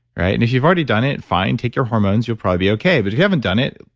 right? and if you've already done it, fine, take your hormones, you'll probably be okay. but if you hadn't done it,